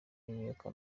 imyuka